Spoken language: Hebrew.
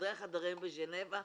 בחדרי חדרים בז'נבה,